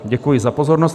Děkuji za pozornost.